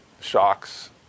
shocks